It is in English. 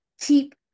keep